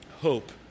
hope